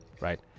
right